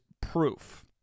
proof